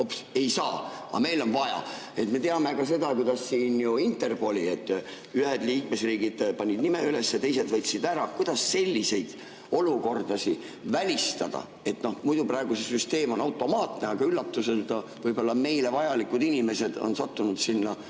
ei saa. Aga meil on vaja. Me teame ka seda, kuidas ühed liikmesriigid panid Interpoli nime üles ja teised võtsid ära. Kuidas selliseid olukordi välistada? Praegu see süsteem on automaatne, aga üllatusena võib-olla meile vajalikud inimesed on sattunud sinna